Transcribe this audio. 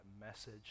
message